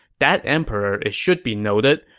that emperor, it should be noted,